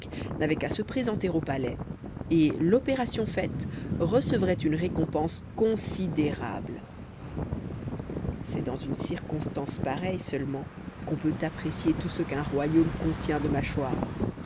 n'avaient qu'à se présenter au palais et l'opération faite recevraient une récompense considérable c'est dans une circonstance pareille seulement qu'on peut apprécier tout ce qu'un royaume contient de mâchoires